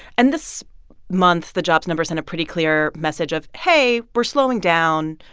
and this month, the jobs numbers send a pretty clear message of, hey, we're slowing down.